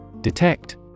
Detect